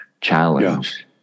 challenge